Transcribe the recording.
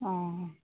অঁ